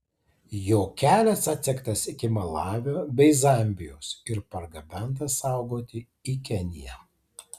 jo kelias atsektas iki malavio bei zambijos ir pargabentas saugoti į keniją